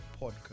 podcast